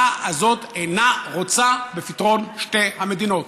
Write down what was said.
הזאת אינה רוצה בפתרון שתי המדינות.